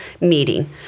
meeting